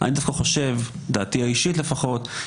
אני פותחת את הישיבה על דיון נוסף בהצעת חוק הגנת הפרטיות (תיקון מס'